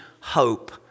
hope